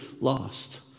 lost